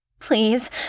Please